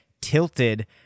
tilted